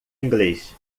inglês